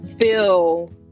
feel